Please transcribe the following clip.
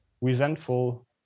resentful